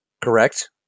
correct